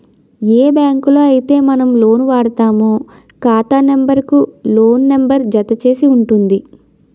ఏ బ్యాంకులో అయితే మనం లోన్ వాడుతామో ఖాతా నెంబర్ కు లోన్ నెంబర్ జత చేసి ఉంటుంది